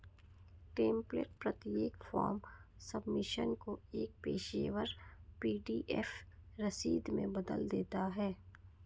template प्रत्येक form submission को एक पेशेवर पी.डी.एफ रसीद में बदल देता है